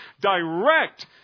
direct